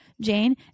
Jane